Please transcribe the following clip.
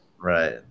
right